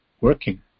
working